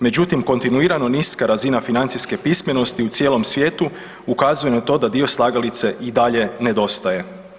Međutim, kontinuirano niska razina financijske pismenosti u cijelom svijetu ukazuje na to da dio slagalice i dalje nedostaje.